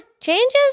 changes